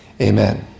amen